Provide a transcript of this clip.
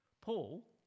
Paul